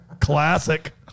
Classic